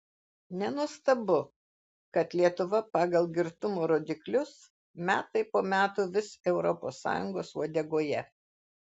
nenuostabu kad lietuva pagal girtumo rodiklius metai po metų vis europos sąjungos uodegoje